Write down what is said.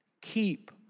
Keep